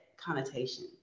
connotation